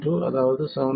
2 அதாவது 7